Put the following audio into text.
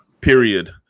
Period